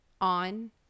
on